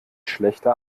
schlechter